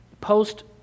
post